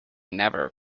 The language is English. never